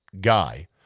guy